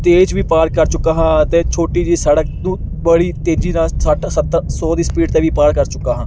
ਤੇਜ ਵੀ ਪਾਰ ਕਰ ਚੁੱਕਾ ਹਾਂ ਅਤੇ ਛੋਟੀ ਜਿਹੀ ਸੜਕ ਨੂੰ ਬੜੀ ਤੇਜੀ ਨਾਲ ਸੱਠ ਸੱਤਰ ਸੌ ਦੀ ਸਪੀਡ 'ਤੇ ਵੀ ਪਾਰ ਕਰ ਚੁੱਕਾ ਹਾਂ